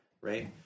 right